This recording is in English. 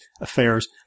affairs